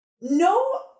no